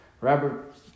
Robert